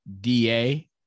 DA